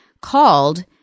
Called